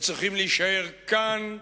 וצריכים להישאר כאן,